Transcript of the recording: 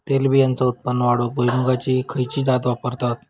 तेलबियांचा उत्पन्न वाढवूक भुईमूगाची खयची जात वापरतत?